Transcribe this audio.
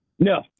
No